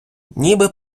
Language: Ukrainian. ніби